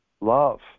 love